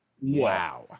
Wow